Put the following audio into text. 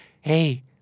Hey